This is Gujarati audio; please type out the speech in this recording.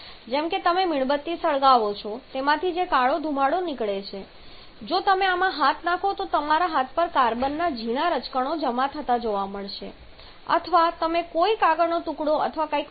જેમ કે જ્યારે તમે મીણબત્તી સળગાવો છો ત્યારે તેમાંથી જે કાળો ધુમાડો નીકળે છે જો તમે આમાં હાથ નાખો તો તમને તમારા હાથ પર કાર્બનના ઝીણા રજકણો જમા થતા જોવા મળશે અથવા તમે કોઈ કાગળનો ટુકડો અથવા કંઈક મૂકો છો